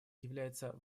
является